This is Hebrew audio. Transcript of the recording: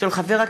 איתן כבל,